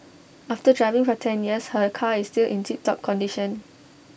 after driving for ten years her car is still in tip top condition